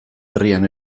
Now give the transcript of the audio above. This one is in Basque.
herrian